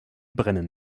brennen